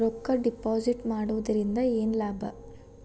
ರೊಕ್ಕ ಡಿಪಾಸಿಟ್ ಮಾಡುವುದರಿಂದ ಏನ್ ಲಾಭ?